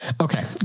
okay